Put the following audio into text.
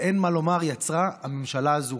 שאין מה לומר, יצרה הממשלה הזאת.